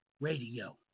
radio